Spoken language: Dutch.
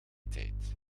tijd